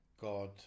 God